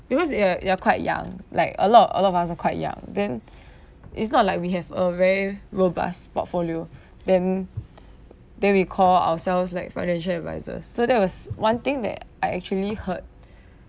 because ya you're quite young like a lot of a lot of us are quite young then it's not like we have a very robust portfolio then then we call ourselves like financial advisers so there was one thing that I actually heard